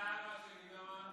מי זה האבא של ליברמן?